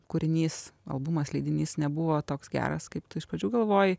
kūrinys albumas leidinys nebuvo toks geras kaip tu iš pradžių galvojai